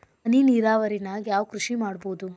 ಹನಿ ನೇರಾವರಿ ನಾಗ್ ಯಾವ್ ಕೃಷಿ ಮಾಡ್ಬೋದು?